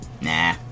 Nah